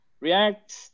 React